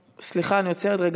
סליחה, אני עוצרת לרגע.